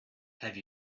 have